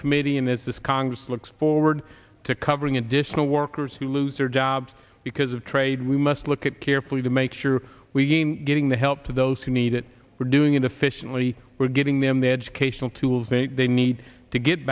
committee in this congress looks forward to covering additional workers who lose their jobs because of trade we must look at carefully to make sure we gain getting the help to those who need it we're doing in officially we're giving them the educational tools they need to get